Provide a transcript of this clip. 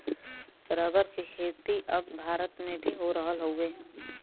rubber के खेती अब भारत में भी हो रहल हउवे